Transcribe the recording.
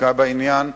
חקיקה בעניין,